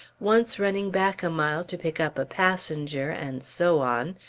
once running back a mile to pick up a passenger, and so on,